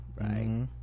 right